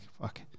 fuck